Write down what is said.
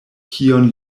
kion